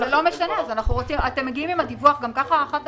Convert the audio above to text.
אתם מגיעים עם הדיווח גם ככה אחת